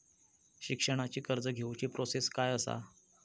शिक्षणाची कर्ज घेऊची प्रोसेस काय असा?